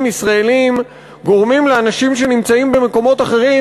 ישראלים גורמים לאנשים שנמצאים במקומות אחרים,